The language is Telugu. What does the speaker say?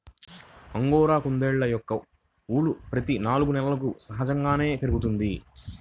అంగోరా కుందేళ్ళ యొక్క ఊలు ప్రతి నాలుగు నెలలకు సహజంగానే పెరుగుతుంది